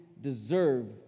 deserve